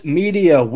media